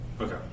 Okay